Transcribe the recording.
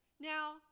now